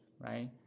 right